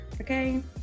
okay